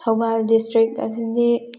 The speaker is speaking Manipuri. ꯊꯧꯕꯥꯜ ꯗꯤꯁꯇ꯭ꯔꯤꯛ ꯑꯁꯤꯗꯤ